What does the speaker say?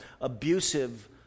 abusive